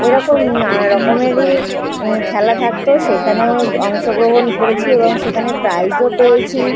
এরকম নানা রকমেরই খেলা থাকত সেখানেও অংশগ্রহণ করেছি এবং সেখানে প্রাইজও পেয়েছি